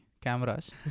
cameras